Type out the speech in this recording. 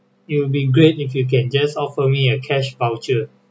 it would be great if you can just offer me a cash voucher